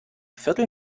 viertel